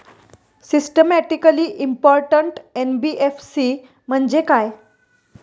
Systematically important NBFC म्हणजे काय?